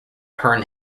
herne